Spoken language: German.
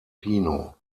pino